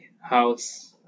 house